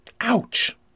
Ouch